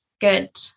good